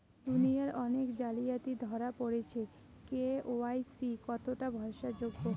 দুনিয়ায় অনেক জালিয়াতি ধরা পরেছে কে.ওয়াই.সি কতোটা ভরসা যোগ্য?